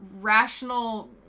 rational